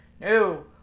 No